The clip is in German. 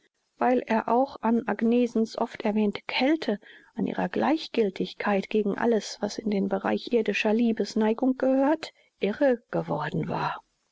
weil er auch an agnesens oft erwähnter kälte an ihrer gleichgiltigkeit gegen alles was in den bereich irdischer liebesneigung gehört irre geworden war